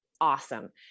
awesome